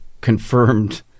confirmed